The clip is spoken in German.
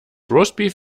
roastbeef